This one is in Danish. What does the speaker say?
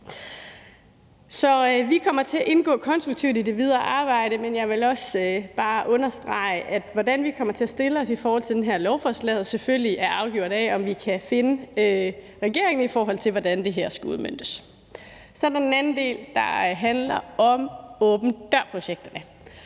vi kommer til at indgå konstruktivt i det videre arbejde, men jeg vil også bare understrege, at hvordan vi kommer til at stille os i forhold til det her lovforslag, selvfølgelig er afgjort af, om vi kan finde regeringen, i forhold til hvordan det her skal udmøntes. Så er der den anden del, der handler om åben dør-projekterne.